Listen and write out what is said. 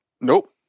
Nope